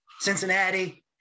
Cincinnati